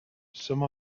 some